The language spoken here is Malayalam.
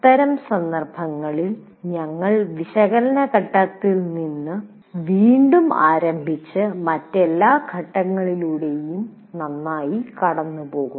അത്തരം സന്ദർഭങ്ങളിൽ നിങ്ങൾ വിശകലനഘട്ടത്തിൽ നിന്ന് വീണ്ടും ആരംഭിച്ച് മറ്റെല്ലാ ഘട്ടങ്ങളിലൂടെയും നന്നായി കടന്നുപോകും